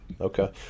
Okay